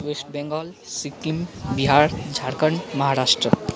West Bengal Sikkim Bihar Jharkhand Maharashtra